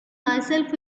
myself